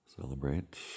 celebrate